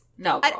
No